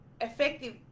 effective